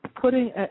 putting